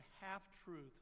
half-truths